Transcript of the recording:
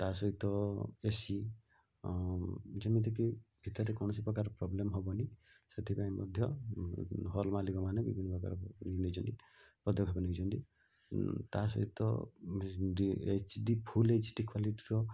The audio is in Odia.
ତା' ସହିତ ଏ ସି ଯେମିତିକି ଭିତରେ କୌଣସିପ୍ରକାର ପ୍ରୋବ୍ଲେମ୍ ହବନି ସେଥିପାଇଁ ମଧ୍ୟ ହଲ୍ ମାଲିକମାନେ ବିଭିନ୍ନ ପ୍ରକାର ନେଇଛନ୍ତି ପଦକ୍ଷେପ ନେଇଛନ୍ତି ତା' ସହିତ H D full H D କ୍ଵାଲିଟିର